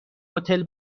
هتل